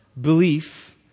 belief